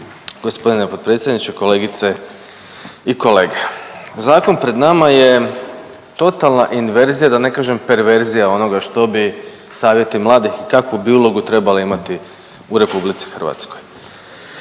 Gospodine potpredsjedniče, kolegice i kolege zakon pred nama je totalna inverzija, da ne kažem perverzija onoga što bi savjeti mladih i kakvu bi ulogu trebali imati u Republici Hrvatskoj.